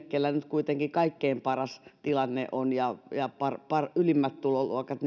keillä nyt kuitenkin kaikkein paras tilanne on ja ja ylimmät tuloluokat